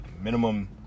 minimum